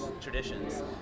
traditions